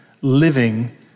living